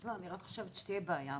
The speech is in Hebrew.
לא, אני לא חושבת שתהיה בעיה.